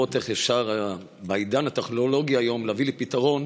ולראות איך אפשר בעידן הטכנולוגי היום להביא לפתרון